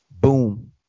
boom